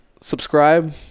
Subscribe